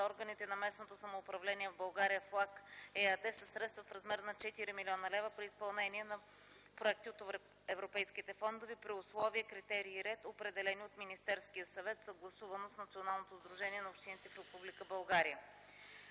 органите на местното самоуправление в България „ФЛАГ” – ЕАД, със средства в размер на 4 млн. лв. при изпълнение на проекти от европейските фондове при условия, критерии и ред, определени от Министерския съвет, съгласувано с Националното сдружение на общините в Република България.